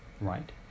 right